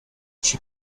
she